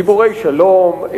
דיבורי שלום,